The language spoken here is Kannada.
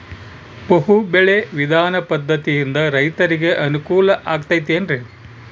ಬಹು ಬೆಳೆ ವಿಧಾನ ಪದ್ಧತಿಯಿಂದ ರೈತರಿಗೆ ಅನುಕೂಲ ಆಗತೈತೇನ್ರಿ?